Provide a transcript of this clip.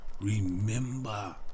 remember